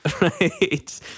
right